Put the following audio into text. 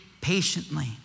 patiently